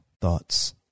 thoughts